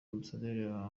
ambasaderi